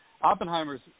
Oppenheimer's